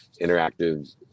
interactive